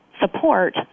support